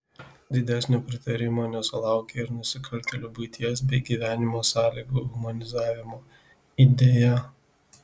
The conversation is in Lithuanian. didesnio pritarimo nesulaukė ir nusikaltėlių buities bei gyvenimo sąlygų humanizavimo idėja